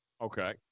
Okay